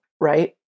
right